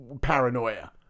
paranoia